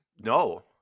no